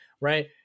right